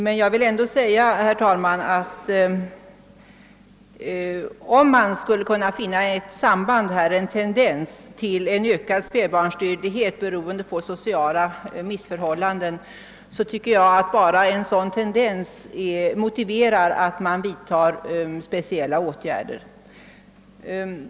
Men jag vill ändå säga, herr talman, att om man skulle finna ett samband, en tendens till ökad spädbarnsdödlighet på grund av sociala missförhållanden, motiverar enbart en sådan tendens att man vidtar speciella åtgärder.